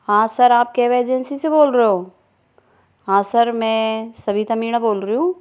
हाँ सर आप cab agency से बोल रहे हो हाँ सर मैं सविता मीणा बोल रही हूँ